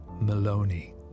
Maloney